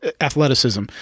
athleticism